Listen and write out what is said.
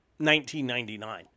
1999